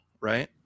right